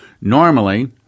Normally